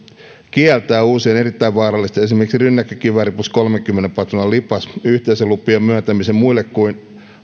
kieltää uusien erittäin vaarallisten aseiden esimerkiksi rynnäkkökivääri plus kolmenkymmenen patruunan lipas yhteisölupien myöntämisen muille kuin